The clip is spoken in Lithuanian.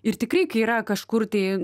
ir tikrai kai yra kažkur tai